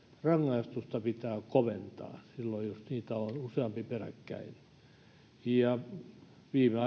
rangaistusta pitää koventaa silloin jos niitä on useampi peräkkäin viime